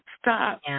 Stop